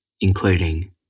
including